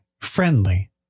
friendly